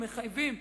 המחייבים,